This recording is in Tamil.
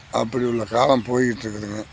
அப்படி உள்ள காலம் போயிகிட்டு இருக்குதுங்க